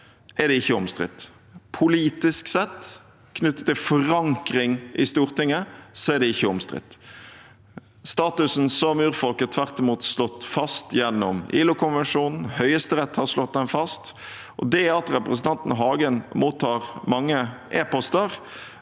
sett ikke er omstridt. Politisk sett, knyttet til forankring i Stortinget, er det ikke omstridt. Statusen som urfolk er tvert imot slått fast gjennom ILO-konvensjonen, og Høyesterett har slått den fast. Det at representanten Hagen mottar mange e-poster,